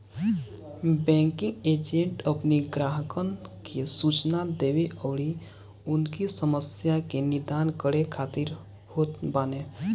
banking agent अपनी ग्राहकन के सूचना देवे अउरी उनकी समस्या के निदान करे खातिर होत बाने